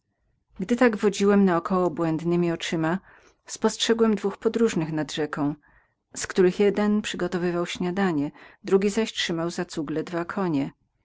gdy tak wodziłem na około błędnemi oczyma spostrzegłem dwóch podróżnych nad rzeką z których jeden przygotowywał śniadanie drugi zaś trzymał za cugle konie